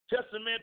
Testament